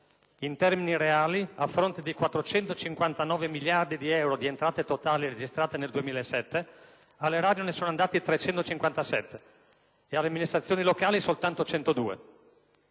In termini reali, a fronte di circa 459 miliardi di euro di entrate totali registrate nel 2007, all'Erario ne sono andati 357 e alle amministrazioni locali soltanto 102.